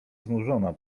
znużona